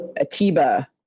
Atiba